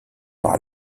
par